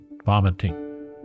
vomiting